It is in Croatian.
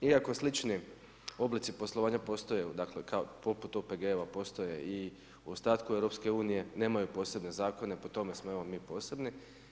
Iako slični oblici poslovanja postoje, dakle poput OPG-ova postoje i u ostatku EU nemaju posebne zakone, po tome smo evo mi posebni.